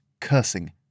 cursing